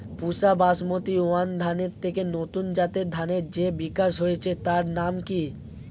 পুসা Basmati one ধানের থেকে নতুন জাতের ধানের যে বিকাশ হয়েছে তার নাম কি?